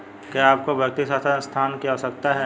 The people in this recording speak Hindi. क्या आपको एक भौतिक शाखा स्थान की आवश्यकता है?